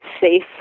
safe